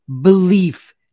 belief